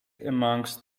amongst